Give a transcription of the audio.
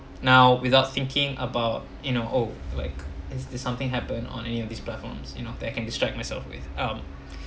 now without thinking about you know oh like it's it's something happen on any of these platforms you know that can distract myself with um